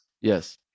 Yes